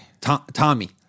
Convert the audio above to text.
tommy